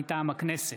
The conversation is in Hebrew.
מטעם הכנסת: